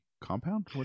compound